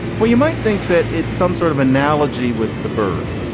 well, you might think that it's some sort of analogy with the bird.